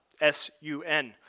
S-U-N